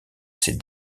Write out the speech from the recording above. ses